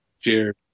Cheers